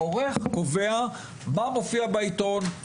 העורך קובע מה מופיע בעיתון,